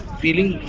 feeling